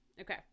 Okay